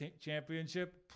championship